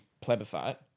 Plebiscite